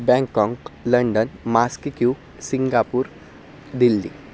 Bangkok London मास्किक्यु Singapore Delhi